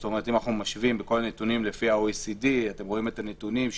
אם אנחנו משווים בכל הנתונים לפי ה-OECD אתם רואים את הנתונים,